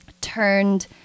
turned